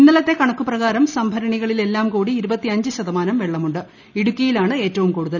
ഇന്നലത്തെ കണക്കു പ്രകാരം സംഭരണകളിലെല്ലാംകൂടി ഇടുക്കിയിലാണ് ഏറ്റവും കൂടുതൽ